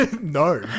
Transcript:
no